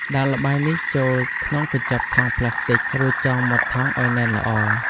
ដាក់ល្បាយនេះចូលក្នុងកញ្ចប់ថង់ផ្លាស្ទិក រួចចងមាត់ថង់ឲ្យណែនល្អ។